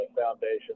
foundation